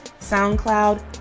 SoundCloud